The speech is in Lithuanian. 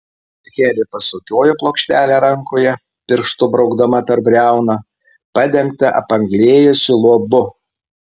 rachelė pasukiojo plokštelę rankoje pirštu braukdama per briauną padengtą apanglėjusiu luobu